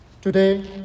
Today